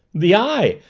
the eye!